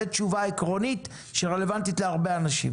זה תשובה עקרונית שרלוונטית להרבה אנשים.